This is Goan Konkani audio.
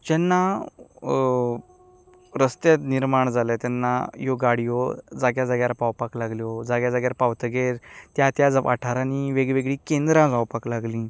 जेन्ना रस्ते निर्माण जाले तेन्ना ह्यो गाड्यो जाग्या जाग्यार पावपाक लागल्यो जाग्या जाग्यार पावतकच त्या त्या वाठारांनी वेग वेगळीं केंद्रां गावपाक लागलीं